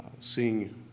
seeing